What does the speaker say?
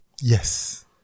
Yes